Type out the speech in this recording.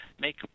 make